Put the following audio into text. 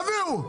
אז תביאו.